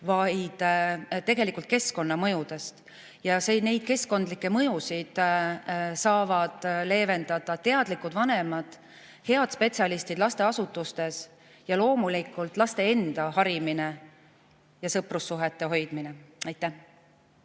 vaid tegelikult keskkonnamõjudest. Neid keskkondlikke mõjusid saavad leevendada teadlikud vanemad, head spetsialistid lasteasutustes ning loomulikult laste enda harimine ja sõprussuhete hoidmine. Suur